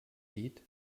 sieht